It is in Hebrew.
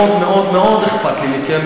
מאוד מאוד מאוד אכפת לי מכם.